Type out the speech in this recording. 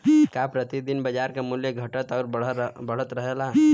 का प्रति दिन बाजार क मूल्य घटत और बढ़त रहेला?